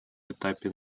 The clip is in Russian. этапе